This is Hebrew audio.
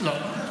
לא.